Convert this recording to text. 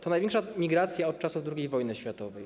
To największa migracja od czasów II wojny światowej.